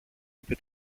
είπε